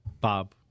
bob